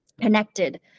connected